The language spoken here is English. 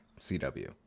CW